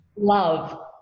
love